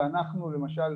ולמשל,